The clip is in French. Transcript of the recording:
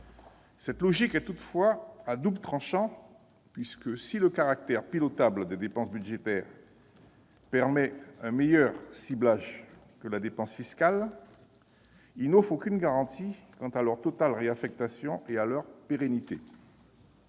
Cette logique est toutefois à double tranchant, puisque, si le caractère pilotable des dépenses budgétaires permet un meilleur ciblage que la dépense fiscale, il n'offre toutefois aucune garantie ni quant à leur réaffectation totale ni quant à leur pérennité.